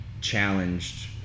challenged